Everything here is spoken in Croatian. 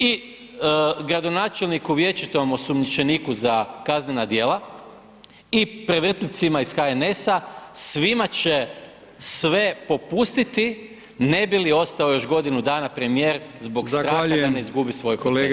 I gradonačelniku vječitom osumnjičeniku za kaznena djela i prevrtljivcima iz HNS-a, svima će sve popustiti ne bi li ostao još godinu dana premijer zbog straha [[Upadica: Zahvaljujem…]] da ne izgubi svoju fotelju.